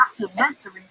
documentary